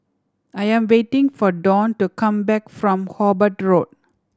I am waiting for Dawn to come back from Hobart Road